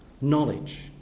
Knowledge